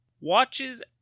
watches